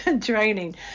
training